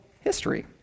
history